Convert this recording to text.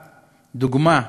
דוגמה,